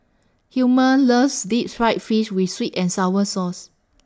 Hilmer loves Deep Fried Fish with Sweet and Sour Sauce